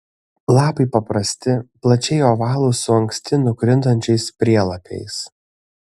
lapai paprasti plačiai ovalūs su anksti nukrintančiais prielapiais